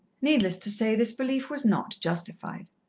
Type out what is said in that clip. needless to say, this belief was not justified.